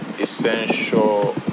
essential